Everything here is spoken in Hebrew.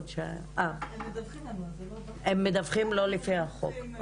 הם מדווחים אבל לא לפי חוק.